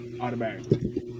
automatically